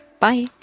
Bye